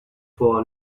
for